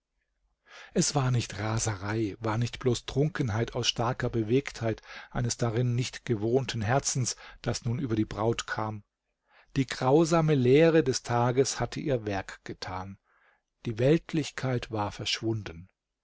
es war nicht raserei war nicht bloß trunkenheit aus starker bewegtheit eines darin nicht gewohnten herzens das nun über die braut kam die grausame lehre des tages hatte ihr werk getan die weltlichkeit war verschwunden